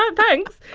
um thanks.